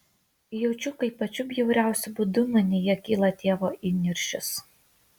jaučiu kaip pačiu bjauriausiu būdu manyje kyla tėvo įniršis